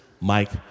Mike